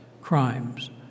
crimes